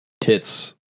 tits